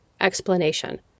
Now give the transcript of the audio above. explanation